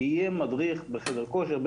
יהיה מדריך בחדר כושר,